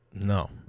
No